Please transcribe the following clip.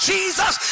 Jesus